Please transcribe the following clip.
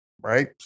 right